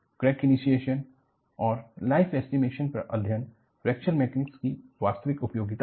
crack initiation और life estimation पर अध्याय फ्रैक्चर मैकेनिक्स की वास्तविक उपयोगिता है